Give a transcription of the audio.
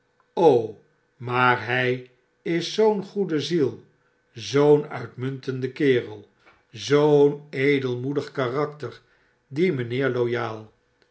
maar hy is zoo'n goede ziel zoo'n uitmuntende kerel zoo'n edelmoedig karakter die mynheer loyal